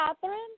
Catherine